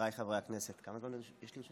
חבריי חברי הכנסת, כמה זמן יש לרשותי?